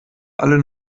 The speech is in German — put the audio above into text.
alle